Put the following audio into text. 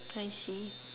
I see